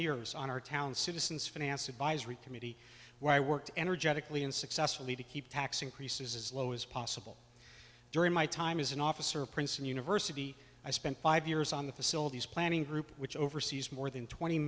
years on our town citizens finance advisory committee where i worked energetically and successfully to keep tax increases as low as possible during my time is an officer of princeton university i spent five years on the facilities planning group which oversees more than twenty